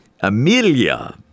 Amelia